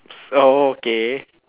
oh okay